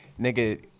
nigga